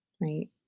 right